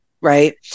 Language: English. right